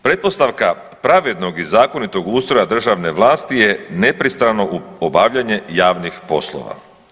Pretpostavka pravednog i zakonitog ustroja državne vlasti je nepristrano obavljanje javnih poslova.